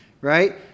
right